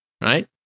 right